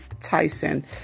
Tyson